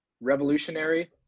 revolutionary